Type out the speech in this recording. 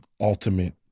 ultimate